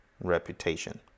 reputation